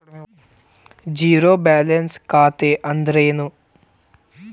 Zero balance ಖಾತೆ ಅಂದ್ರೆ ಏನು?